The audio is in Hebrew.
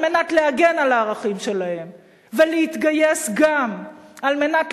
על מנת להגן על הערכים שלהם ולהתגייס גם על מנת